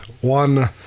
one